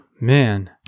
Man